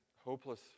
hopeless